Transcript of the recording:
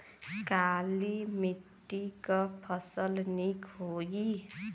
काली मिट्टी क फसल नीक होई?